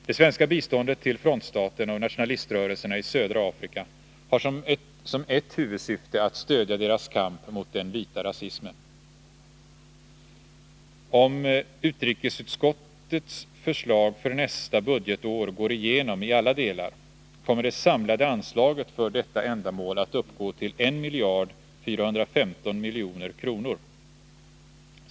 Det svenska biståndet till frontstaterna och nationaliströrelserna i södra Afrika har som ett huvudsyfte att stödja deras kamp mot den vita rasismen. Om utrikesutskottets förslag för nästa budgetår går igenom i alla delar, kommer det samlade anslaget för detta ändamål att uppgå till 1 415 milj.kr.